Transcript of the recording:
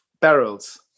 barrels